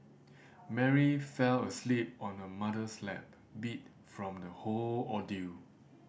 Mary fell asleep on her mother's lap beat from the whole ordeal